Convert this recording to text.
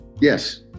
yes